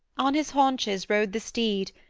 on his haunches rose the steed,